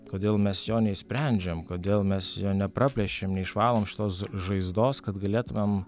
kodėl mes jo neišsprendžiam kodėl mes nepraplėšiam neišvalom šitos žaizdos kad galėtumėm